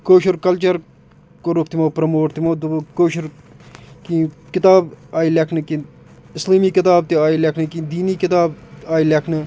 کٲشُر culture کوٚرُکھ تِمو promote تِمو دوٚپُکھ کٲشُر کیٚنٛہہ کِتاب آیہِ لیٚکھنہٕ کیٚنٛہہ اِسلٲمی کِتاب تہِ آیہِ لیٚکھنہٕ کیٚنٛہہ دیٖنی کِتاب آیہِ لیٚکھنہٕ